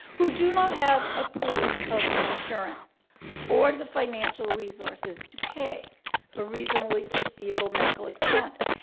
who do not have approved health insurance or the financial resources to pay for reasonably foreseeable medical expense.